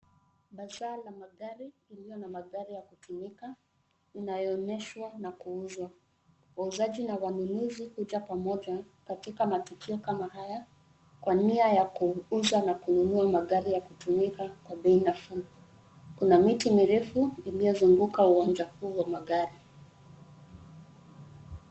Bazaar la magari iliyo na magari ya kutumika inayoonyeshwa na kuuzwa wauzaji na wanunuzi huja pamoja katika matukio kama haya kwa nia ya kuuza na kununua magari ya kutumika kwa bei nafuu. Kuna miti mirefu iliyozunguka uwanja huu wa magari .